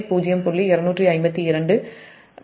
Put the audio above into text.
252 0